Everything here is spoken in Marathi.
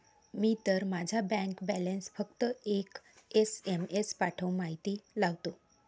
मी तर माझा बँक बॅलन्स फक्त एक एस.एम.एस पाठवून माहिती लावतो